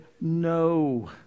no